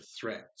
threat